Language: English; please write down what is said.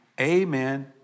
amen